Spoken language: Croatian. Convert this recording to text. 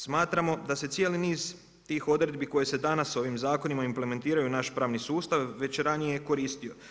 Smatramo da se cijeli niz tih odredbi koje se danas ovim zakonima implementiraju u naš pravni sustav već ranije koristio.